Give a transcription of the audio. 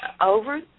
over